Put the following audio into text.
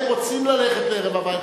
הם רוצים ללכת לערב הווי,